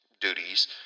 duties